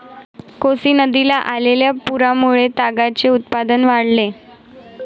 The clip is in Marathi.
कोसी नदीला आलेल्या पुरामुळे तागाचे उत्पादन वाढले